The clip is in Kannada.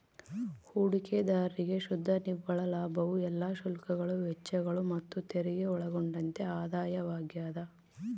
ಹೂಡಿಕೆದಾರ್ರಿಗೆ ಶುದ್ಧ ನಿವ್ವಳ ಲಾಭವು ಎಲ್ಲಾ ಶುಲ್ಕಗಳು ವೆಚ್ಚಗಳು ಮತ್ತುತೆರಿಗೆ ಒಳಗೊಂಡಂತೆ ಆದಾಯವಾಗ್ಯದ